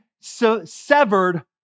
severed